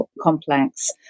complex